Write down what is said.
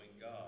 God